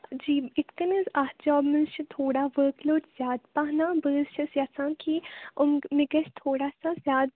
جی یِتھٕ کٔنۍ حظ اَتھ جابہٕ منٛز چھُ تھوڑا ؤرک لوٚڈ زیادٕ پَہَم بہٕ حظ چھَس یژھان کہِ مےٚ گَژھِ تھوڑا سا زیادٕ